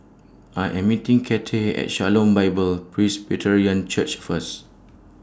I Am meeting Cathey At Shalom Bible Presbyterian Church First